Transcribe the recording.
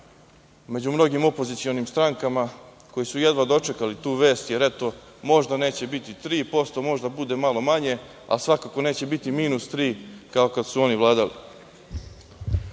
među mnogim opozicionim strankama koji su jedva dočekali tu vest, jer eto možda neće biti 3%, možda bude malo manje, ali svakako neće biti -3, kao kada su oni vladali. Moj